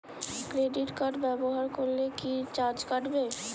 Credit card ব্যাবহার করলে কি চার্জ কাটবে?